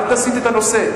אל תסיט את הנושא.